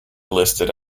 listed